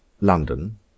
London